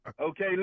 Okay